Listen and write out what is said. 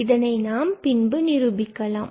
அதனை நாம் பின்பு நிரூபிக்கலாம்